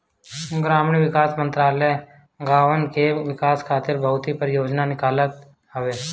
ग्रामीण विकास मंत्रालय गांवन के विकास खातिर बहुते परियोजना निकालत हवे